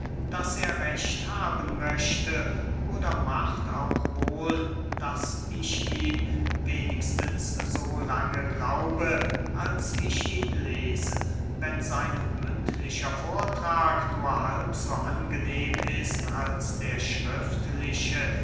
daß er recht haben möchte oder macht auch wohl daß ich ihm wenigstens so lange glaube als ich ihn lese wenn sein mündlicher vortrag nur halb so angenehm ist als der schriftliche